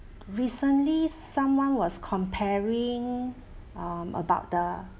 recently someone was comparing um about the